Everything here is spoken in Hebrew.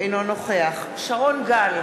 אינו נוכח יוסף ג'בארין, אינו נוכח שרון גל,